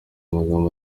amagambo